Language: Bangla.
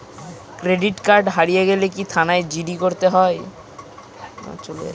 ক্রেডিট কার্ড হারিয়ে গেলে কি থানায় জি.ডি করতে হয়?